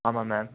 ஆமாம் மேம்